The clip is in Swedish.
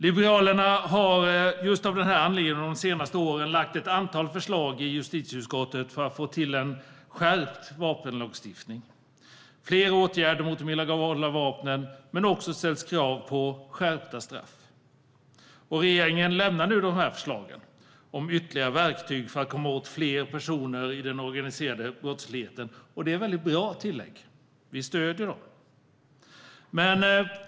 Liberalerna har av den här anledningen under det senaste året lagt fram ett antal förslag i justitieutskottet för att få till en skärpt vapenlagstiftning, fler åtgärder mot de illegala vapnen, men vi har också ställt krav på skärpta straff. Regeringen lämnar nu dessa förslag om ytterligare verktyg för att komma åt fler personer i den organiserade brottsligheten, och det är ett bra tillägg. Vi stöder dem.